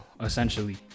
essentially